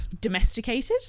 domesticated